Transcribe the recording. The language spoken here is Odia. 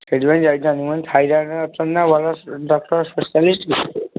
ସେଥିପାଇଁ ଯାଇଥାଆନ୍ତି ମୁଁ କହିଲି ଥାଇରଏଡ଼ର ଅଛନ୍ତି ନା ଭଲ ଡକ୍ଟର ସ୍ପେସିଆଲିଷ୍ଟ